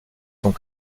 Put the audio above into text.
sont